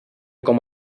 com